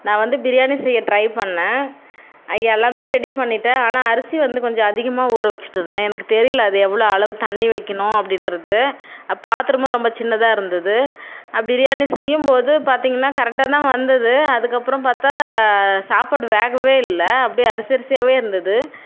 நான் வந்து பிரியாணி செய்ய ட்ரை பண்ணேன் எல்லாமே ரெடி பண்ணிட்டேன் ஆனால் அரிசி வந்து கொஞ்சம் அதிகமாக ஊறவச்சிட்டுருந்தேன் எனக்கு தெரியலை அது எவ்வளவு அளவு தண்ணி வைக்கணும் அப்படின்றது பாத்திரமும் ரொம்ப சின்னதாக இருந்தது பிரியாணி செய்யும் போது பார்த்திங்கன்னா கரெக்டாக தான் வந்தது அதுக்கப்புறம் பார்த்தா சாப்பாடு வேகவே இல்லை அப்படியே அரிசி அரிசியாகவே இருந்தது